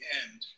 end